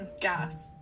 gas